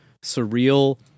surreal